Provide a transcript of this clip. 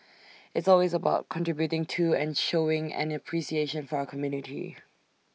it's always about contributing to and showing an appreciation for our community